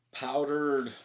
powdered